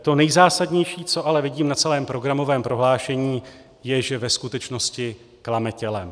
To nejzásadnější, co ale vidím na celém programovém prohlášení je, že ve skutečnosti klame tělem.